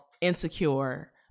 Insecure